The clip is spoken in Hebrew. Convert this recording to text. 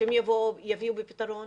שיגיעו לפתרון